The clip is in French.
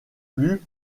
plus